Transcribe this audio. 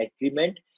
agreement